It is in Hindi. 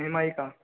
ई एम आई का